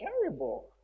terrible